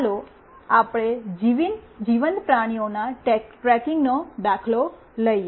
ચાલો આપણે જીવંત પ્રાણીઓનો ટ્રેકિંગ કરવાનો દાખલો લઈએ